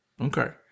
Okay